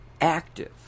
active